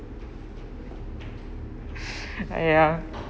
!aiya!